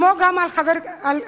וגם על הכנסת,